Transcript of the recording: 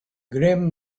grim